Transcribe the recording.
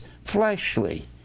fleshly